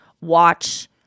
watch